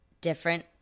Different